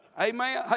Amen